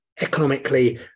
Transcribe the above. economically